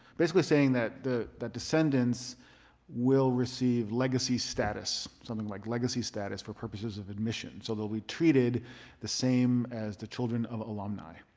basically saying that the descendants will receive legacy status, something like legacy status for purposes of admission. so they'll be treated the same as the children of alumni.